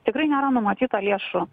tikrai nėra numatyta lėšų